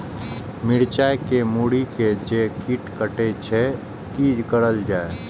मिरचाय के मुरी के जे कीट कटे छे की करल जाय?